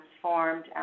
transformed